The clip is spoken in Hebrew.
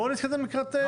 בואו נתקדם לקראת פתרון.